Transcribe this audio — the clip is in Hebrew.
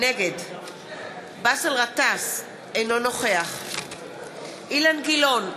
נגד באסל גטאס, אינו נוכח אילן גילאון,